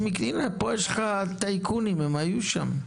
הנה, פה יש לך טייקונים; הם היו שם.